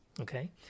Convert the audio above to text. okay